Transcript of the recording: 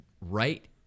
right